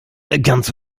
ganz